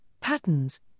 patterns